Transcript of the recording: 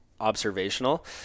observational